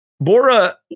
Bora